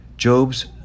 Job's